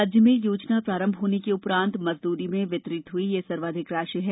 राज्य में योजना प्रारंभ होने के उपरान्त मजदूरी में वितरित हुई यह सर्वाधित राशि है